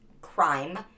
crime